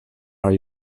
are